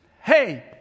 hey